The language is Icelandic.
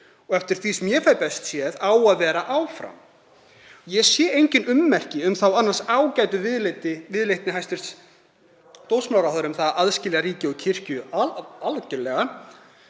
og, eftir því sem ég fæ best séð, á að vera áfram. Ég sé engin ummerki um þá annars ágætu viðleitni hæstv. dómsmálaráðherra að aðskilja ríki og kirkju algerlega